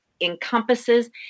encompasses